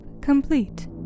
complete